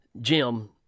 Jim